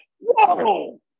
whoa